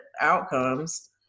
outcomes